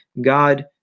God